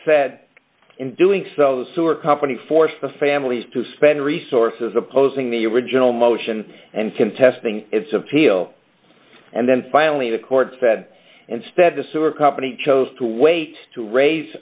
said in doing so the sewer company forced the families to spend resources opposing the original motion and contesting its appeal and then finally the court said instead the sewer company chose to wait to raise